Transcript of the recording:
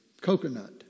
coconut